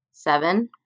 Seven